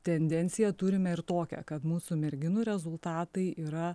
tendenciją turime ir tokią kad mūsų merginų rezultatai yra